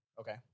Okay